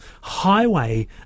highway